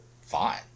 Fine